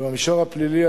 ובמישור הפלילי,